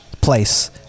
place